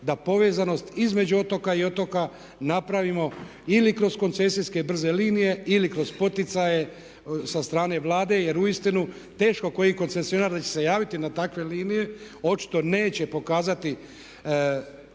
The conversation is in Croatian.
da povezanost između otoka i otoka napravimo ili kroz koncesijske i brze linije ili kroz poticaje sa strane Vlade jer uistinu teško koji koncesionar da će se javiti na takve linije, očito neće pokazati